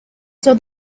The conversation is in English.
saw